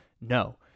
No